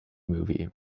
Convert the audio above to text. movie